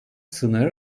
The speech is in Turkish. sınır